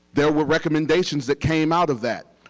there were recommendations that came out of that.